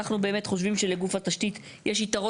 אנחנו באמת חושבים שלגוף התשתית יש יתרון